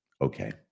Okay